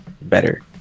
better